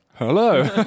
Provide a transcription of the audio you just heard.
Hello